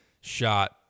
shot